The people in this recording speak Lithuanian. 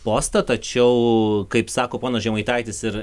postą tačiau kaip sako ponas žemaitaitis ir